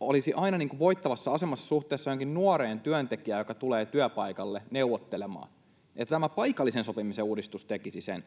olisi aina voittavassa asemassa suhteessa johonkin nuoreen työntekijään, joka tulee työpaikalle neuvottelemaan — että tämä paikallisen sopimisen uudistus tekisi sen.